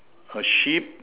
a sheep